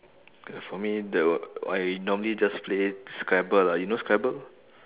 for me there will I normally just play scrabble ah you know scrabble